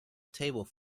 table